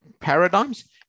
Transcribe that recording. paradigms